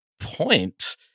point